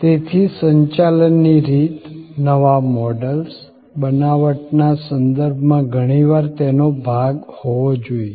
તેથી સંચાલનની રીત નવા મોડલ્સ બનાવટના સંદર્ભમાં ઘણી વાર તેનો ભાગ હોવો જોઈએ